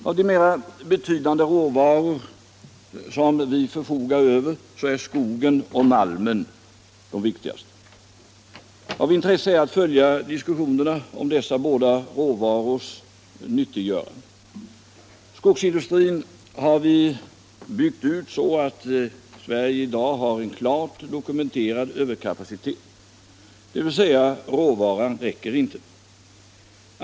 Av de mer betydande råvaror som vi förfogar över är skog och malm de viktigaste. Det är av intresse att följa diskussionerna om dessa båda råvarors nyttiggörande. Skogsindustrin har vi byggt ut så att vi i dag har en klart dokumenterad överkapacitet, dvs. råvaran räcker inte.